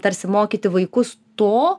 tarsi mokyti vaikus to